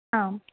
आम्